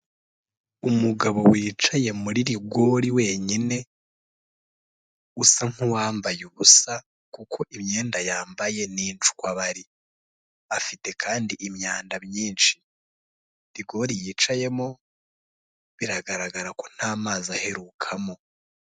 Umugabo wicaye muri rigori wenyine, usa nk'uwambaye ubusa kuko imyenda yambaye ni inshwabari, afite kandi imyanda myinshi, rigori yicayemo biragaragara ko nta mazi aherukamo.